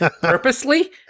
Purposely